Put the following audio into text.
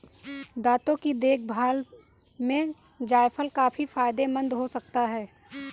दांतों की देखभाल में जायफल काफी फायदेमंद हो सकता है